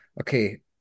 okay